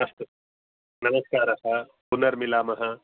अस्तु नमस्कारः पुनर्मिलामः